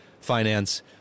Finance